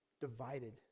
divided